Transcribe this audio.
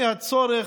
לבין הצורך,